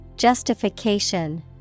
Justification